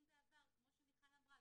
אם בעבר כמו שמיכל אמרה,